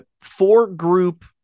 four-group